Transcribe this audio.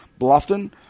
Bluffton